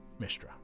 Mistra